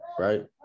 Right